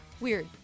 weird